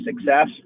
success